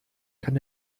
kann